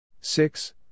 Six